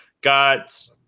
got